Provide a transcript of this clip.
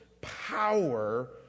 power